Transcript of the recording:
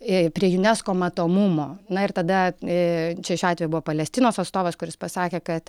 jei prie junesko matomumo na ir tada čia šiuo atveju buvo palestinos atstovas kuris pasakė kad